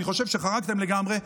אני חושב שחרגתם לגמרי,